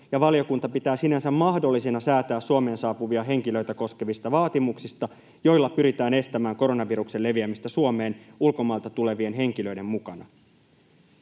ja valiokunta pitää sinänsä mahdollisena säätää Suomeen saapuvia henkilöitä koskevista vaatimuksista, joilla pyritään estämään koronaviruksen leviämistä Suomeen ulkomailta tulevien henkilöiden mukana.